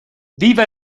viva